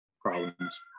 problems